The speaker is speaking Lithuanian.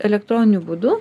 elektroniniu būdu